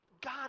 God